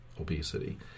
obesity